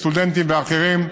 סטודנטים ואחרים,